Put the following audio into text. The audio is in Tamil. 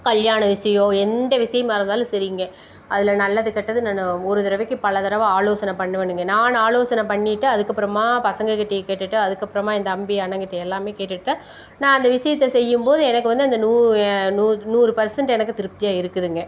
கல்யாண விஷயம் எந்த விஷயமா இருந்தாலும் சரிங்க அதில் நல்லது கெட்டது நான் ஒரு தடவைக்கு பல தடவை ஆலோசனை பண்ணுவேனுங்க நான் ஆலோசனை பண்ணிவிட்டு அதுக்கப்புறமா பசங்கள் கிட்டேயும் கேட்டுவிட்டு அதுக்கப்புறமா என் தம்பி அண்ணங்க கிட்டே எல்லாமே கேட்டுவிட்டுதான் நான் அந்த விஷயத்த செய்யும்போது எனக்கு வந்து அந்த நூ நூ நூறு பெர்ஸன்ட் எனக்கு திருப்தியாக இருக்குதுங்க